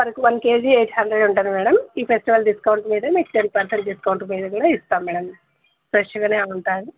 సరుకు one kg eight hundred ఉంటుంది madam ఈ ఫెస్టివల్ డిస్కౌంట్ మీద మీకు టెన్ పర్సెంట్ డిస్కౌంట్ మీద కూడా ఇస్తాం మేడం ఫ్రెష్గానే ఉంటుంది